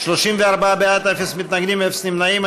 34 בעד, אין מתנגדים, אין נמנעים.